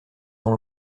dans